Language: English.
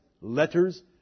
letters